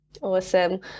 Awesome